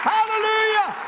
Hallelujah